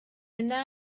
yna